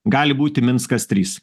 gali būti minskas trys